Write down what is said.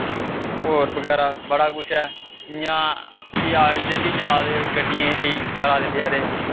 होर बगैरा बड़ा कुछ ऐ जि'यां फ्ही अस डेली चला दे गड्डियें केईं चला दे बचैरे